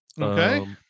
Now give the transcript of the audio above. okay